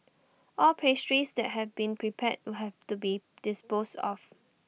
all pastries that have been prepared would have to be disposed of